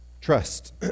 trust